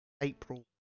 April